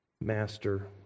Master